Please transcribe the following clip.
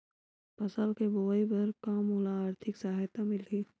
फसल के बोआई बर का मोला आर्थिक सहायता मिलही?